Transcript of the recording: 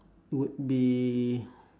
would be